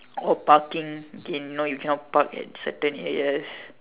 or parking gain you know you cannot Park at certain areas